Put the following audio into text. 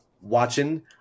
watching